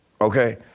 okay